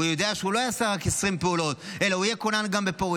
הוא יודע שהוא לא יעשה רק 20 פעולות אלא הוא יהיה גם כונן בפוריה,